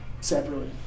separately